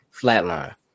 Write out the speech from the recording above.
flatline